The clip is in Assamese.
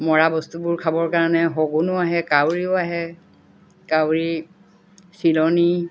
মৰা বস্তুবোৰ খাবৰ কাৰণে শগুনো আহে কাউৰিও আহে কাউৰী চিলনি